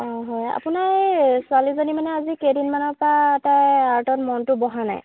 অঁ হয় আপোনাৰ ছোৱালীজনী মানে আজি কেইদিনমানৰ পৰা এটা আৰ্টত মনটো বহা নাই